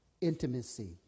intimacy